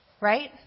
Right